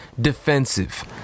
defensive